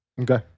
Okay